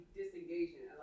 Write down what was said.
disengaging